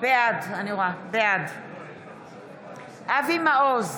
בעד אבי מעוז,